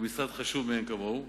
הוא משרד חשוב מאין כמוהו.